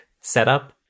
setup